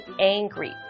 angry